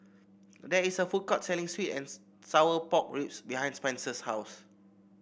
there is a food court selling sweet and Sour Pork Ribs behind Spenser's house